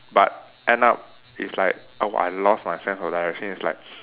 but end up it's like oh I lost my sense of directions it's like